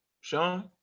sean